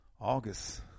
August